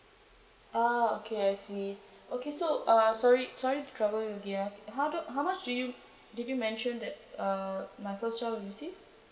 ah okay I see okay so uh sorry sorry to trouble you again ah how do how much do you did you mention that uh my first child will receive